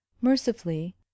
Mercifully